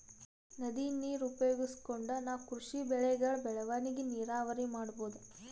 ನದಿ ನೀರ್ ಉಪಯೋಗಿಸ್ಕೊಂಡ್ ನಾವ್ ಕೃಷಿ ಬೆಳೆಗಳ್ ಬೆಳವಣಿಗಿ ನೀರಾವರಿ ಮಾಡ್ಬಹುದ್